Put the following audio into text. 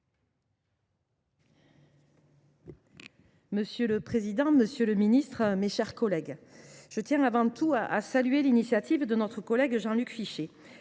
Monsieur le président, monsieur le ministre, mes chers collègues, je tiens avant tout à saluer l’initiative de notre collègue Jean Luc Fichet.